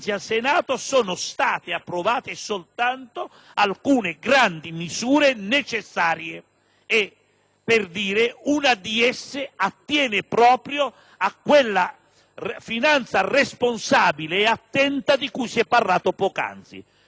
e una di esse attiene proprio a quella finanza responsabile e attenta di cui si è parlato poc'anzi. Penso alla misura sul patto di stabilità e gli investimenti sui Comuni che,